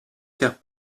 faire